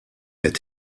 est